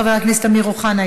חבר הכנסת אמיר אוחנה,